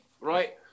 right